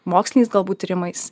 moksliniais galbūt tyrimais